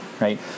Right